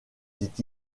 dit